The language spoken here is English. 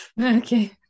Okay